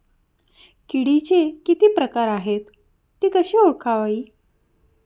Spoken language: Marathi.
किडीचे किती प्रकार आहेत? ति कशी ओळखावी?